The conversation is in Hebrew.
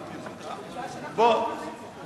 עובדה שאנחנו באופוזיציה כי, גבול.